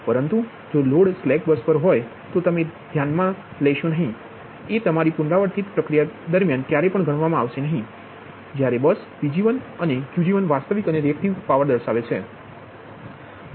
પરંતુ જો load slack bus પર હોય તો તમે તે ધ્યાનમાં લેશો નહીં તે તમારી પુનરાવર્તિત પ્રક્રિયામાં ક્યારેય ગણવામા આવશે નહીં જ્યારે બસ PG1 અને QG1 વાસ્તવિક અને રીઍક્ટીવ પાવર છે